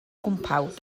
gwmpawd